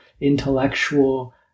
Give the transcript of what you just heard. intellectual